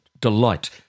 delight